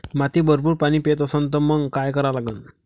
माती भरपूर पाणी पेत असन तर मंग काय करा लागन?